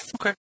Okay